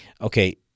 Okay